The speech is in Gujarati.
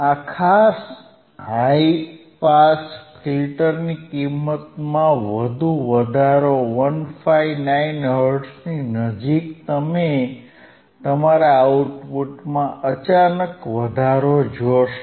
આ ખાસ હાઇ પાસ ફિલ્ટરની કિંમતમાં વધુ વધારો 159 હર્ટ્ઝની નજીક તમે તમારા આઉટપુટમાં અચાનક વધારો જોશો